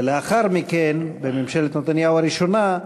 ולאחר מכן, בממשלת נתניהו הראשונה,